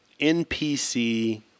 NPC